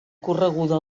correguda